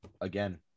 again